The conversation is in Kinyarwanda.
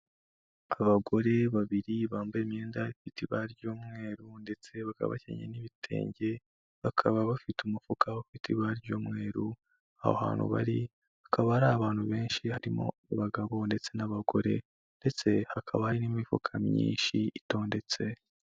Abagore babiri bambaye imyenda ifite ibara ry'umweru, ndetse bakaba bakenyeye n'ibitenge, bakaba bafite umufuka ufite ibara ry'umweru, aho hantu bari, hakaba hari abantu benshi harimo; abagabo ndetse n'abagore, ndetse hakaba hari n'imifuka myinshi itondetse.